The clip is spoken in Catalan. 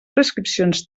prescripcions